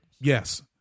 Yes